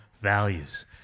values